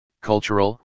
cultural